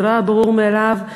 לא היה ברור מאליו,